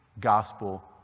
gospel